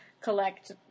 collect